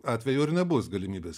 atveju ir nebus galimybės